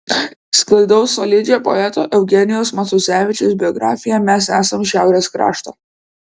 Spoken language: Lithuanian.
sklaidau solidžią poeto eugenijaus matuzevičiaus biografiją mes esam šiaurės krašto